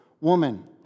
woman